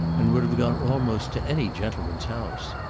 and would have gone almost to any gentleman's house.